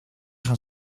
gaan